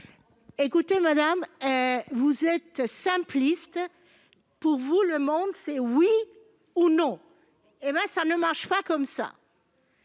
ministre. Madame, vous êtes simpliste : pour vous, le monde, c'est oui ou non ! Cela ne marche pas comme ça